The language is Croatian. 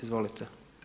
Izvolite.